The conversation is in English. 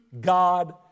God